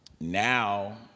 Now